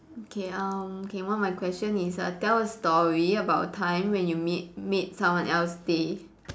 okay um okay one of my question is tell a story about a time when you made made someone else day